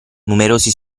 numerose